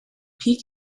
peak